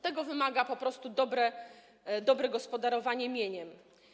Tego wymaga po prostu dobre gospodarowanie mieniem.